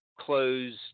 closed